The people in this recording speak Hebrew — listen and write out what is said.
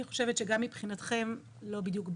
אני חושבת שגם מבחינתכם לא בדיוק ברור,